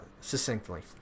succinctly